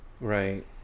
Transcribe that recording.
Right